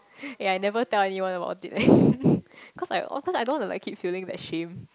eh I never tell anyone about it eh cause I cause I don't wanna like keep feeling that shame